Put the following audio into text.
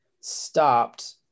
stopped